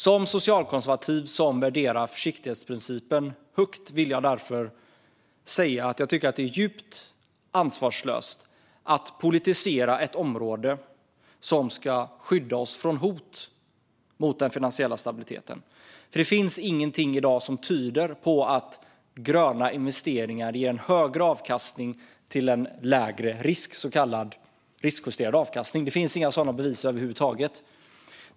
Som socialkonservativ som värderar försiktighetsprincipen högt vill jag därför säga att jag tycker att det är djupt ansvarslöst att politisera ett område som ska skydda oss från hot mot den finansiella stabiliteten, för det finns ingenting i dag som tyder på att gröna investeringar ger högre avkastning till lägre risk, så kallad riskjusterad avkastning. Det finns inga sådana bevis över huvud taget.